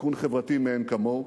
תיקון חברתי מאין כמוהו.